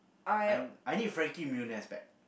I I need a Frankie-Muniz back